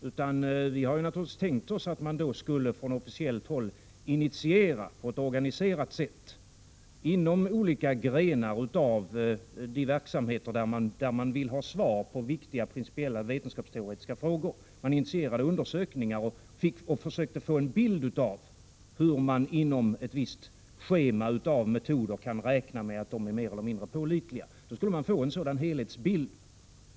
Naturligtvis har vi tänkt oss att man från officiellt håll skulle initiera undersökningar på ett organiserat sätt inom olika grenar av de verksamheter där man vill ha svar på viktiga principiella vetenskapsteoretiska frågor och att man på det sättet försöker få en uppfattning om huruvida man beträffande ett visst schema av metoder kan räkna med att dessa är mer eller mindre pålitliga. Då skulle man få en helhetsbild.